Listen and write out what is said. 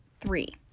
three